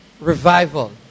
revival